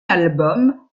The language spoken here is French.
album